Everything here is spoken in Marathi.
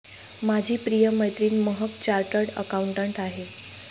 माझी प्रिय मैत्रीण महक चार्टर्ड अकाउंटंट आहे